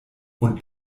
und